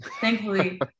Thankfully